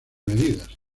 medidas